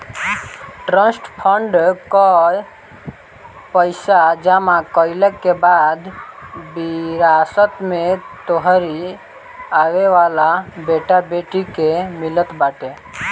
trust fund कअ पईसा जमा कईला के बाद विरासत में तोहरी आवेवाला बेटा बेटी के मिलत बाटे